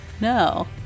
no